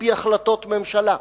על-פי החלטות ממשלה,